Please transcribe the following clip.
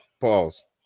pause